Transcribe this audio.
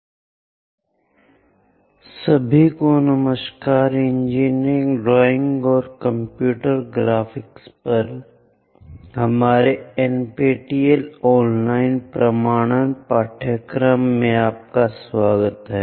कोणिक अनुभाग XII सभी को नमस्कार इंजीनियरिंग ड्राइंग और कंप्यूटर ग्राफिक्स पर हमारे एनपीटीईएल ऑनलाइन प्रमाणन पाठ्यक्रम में आपका स्वागत है